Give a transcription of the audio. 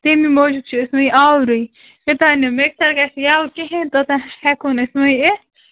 تَمے موٗجوٗب چھِ أسۍ وُنہِ آورُے یوٚتام نہٕ مِکسر گژھِ یلہٕ کِہیٖنٛۍ تہٕ توٚتام ہٮ۪کَو نہٕ أسۍ وۅنۍ یِتھ